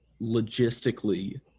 logistically